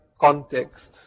context